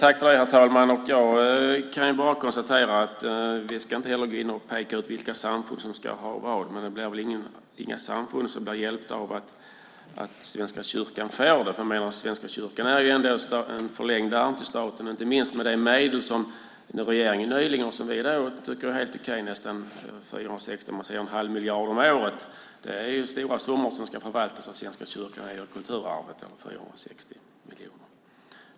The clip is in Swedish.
Herr talman! Låt mig konstatera att vi inte ska gå in och peka ut vilka samfund som ska ha vad, men inga samfund är hjälpta av att Svenska kyrkan får ersättning. Svenska kyrkan är trots allt statens förlängda arm, inte minst med tanke på det som regeringen nyligen beslutade, och som vi tycker är helt okej, att ge närmare en halv miljard om året. Det är stora summor som ska förvaltas av Svenska kyrkan när det gäller kulturarvet - 460 miljoner.